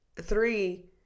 three